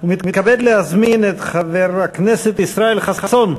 ומתכבד להזמין את חבר הכנסת ישראל חסון: